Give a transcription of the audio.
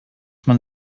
man